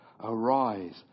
Arise